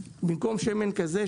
במקום שמן כזה,